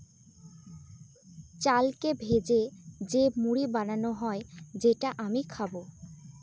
চালকে ভেজে যে মুড়ি বানানো হয় যেটা আমি খাবো